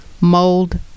Mold